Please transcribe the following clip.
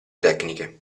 tecniche